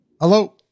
Hello